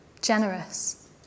generous